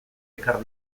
ekar